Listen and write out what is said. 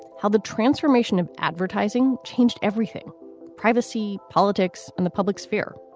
how the transformation of advertising changed everything privacy, politics and the public sphere.